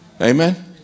Amen